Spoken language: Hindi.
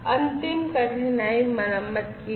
अंतिम कठिनाई मरम्मत की है